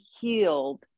healed